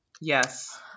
yes